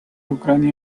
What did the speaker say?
ucrania